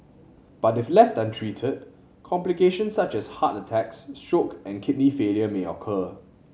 but if left untreated complications such as heart attacks stroke and kidney failure may occur